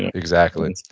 exactly.